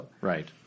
Right